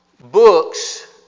books